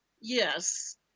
Yes